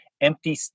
empty